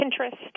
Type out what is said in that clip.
pinterest